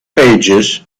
pages